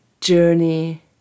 journey